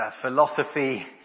philosophy